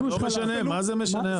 זה לא משנה, מה זה משנה עכשיו?